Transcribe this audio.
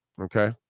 Okay